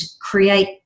create